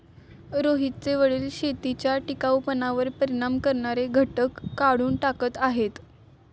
रोहितचे वडील शेतीच्या टिकाऊपणावर परिणाम करणारे घटक काढून टाकत आहेत